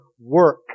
work